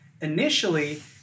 Initially